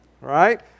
Right